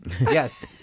yes